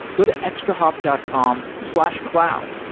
go to extrahop dot com slash cloud